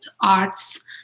arts